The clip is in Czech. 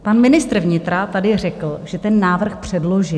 Pan ministr vnitra tady řekl, že ten návrh předložil.